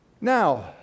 now